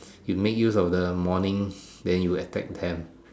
make use of the morning then you attack them